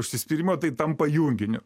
užsispyrimo tai tampa junginiu